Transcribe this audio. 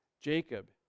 Jacob